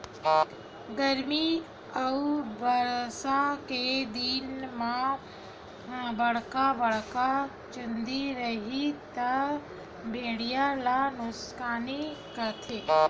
गरमी अउ बरसा के दिन म बड़का बड़का चूंदी रइही त भेड़िया ल नुकसानी करथे